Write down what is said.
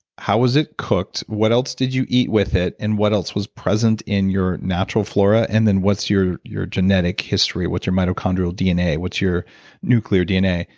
how was it cooked? what else did you eat with it? and what else was present in your natural flora? and then what's your your genetic history? what's your mitochondrial dna? what's your nuclear dna?